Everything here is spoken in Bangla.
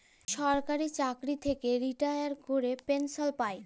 সরকারি চাকরি থ্যাইকে রিটায়ার ক্যইরে পেলসল পায়